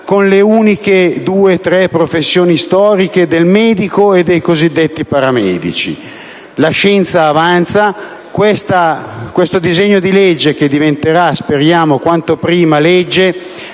delle due o tre professioni storiche del medico e dei cosiddetti paramedici. La scienza avanza, e questo disegno di legge, che speriamo diventerà quanto prima legge,